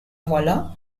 walla